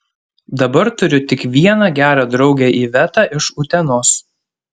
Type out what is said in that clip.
dabar turiu tik vieną gerą draugę ivetą iš utenos